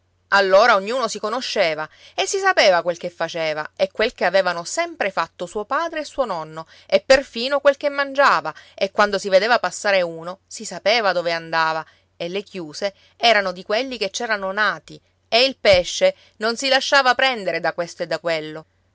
allora ognuno si conosceva e si sapeva quel che faceva e quel che avevano sempre fatto suo padre e suo nonno e perfino quel che mangiava e quando si vedeva passare uno si sapeva dove andava e le chiuse erano di quelli che c'erano nati e il pesce non si lasciava prendere da questo e da quello